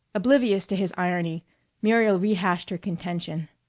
oblivious to his irony muriel rehashed her contention.